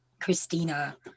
Christina